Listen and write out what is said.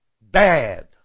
bad